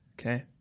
Okay